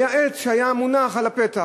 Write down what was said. היה מונח עץ על הפתח,